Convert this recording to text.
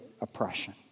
oppression